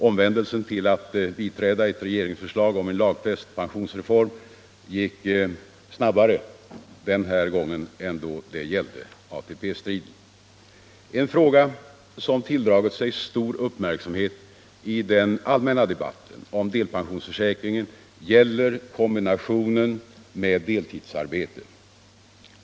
Omvändelsen till att biträda ett regeringsförslag om en lagfäst pensionsreform gick snabbare den här gången än då det gällde ATP-striden. En fråga som tilldragit sig stor uppmärksamhet i den allmänna debatten om delpensionsförsäkringen gäller kombinationen med deltidsarbete.